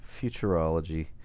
futurology